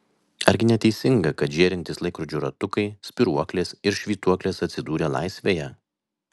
argi neteisinga kad žėrintys laikrodžių ratukai spyruoklės ir švytuoklės atsidūrė laisvėje